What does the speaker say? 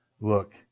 look